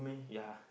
ya